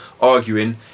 arguing